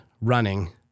running